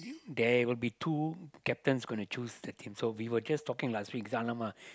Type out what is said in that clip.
there will be two captains going to choose the team so we were just talking lah so week's !alamak!